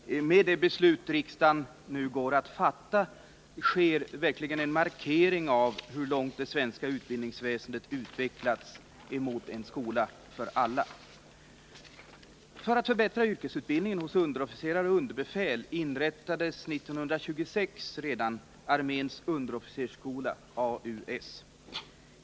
Herr talman! Med det beslut riksdagen nu går att fatta sker en markering av hur det svenska utbildningsväsendet utvecklats mot en skola för alla. För att förbättra yrkesutbildningen hos underofficerare och underbefäl inrättades redan 1926 arméns underofficersskola, AUS.